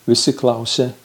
visi klausia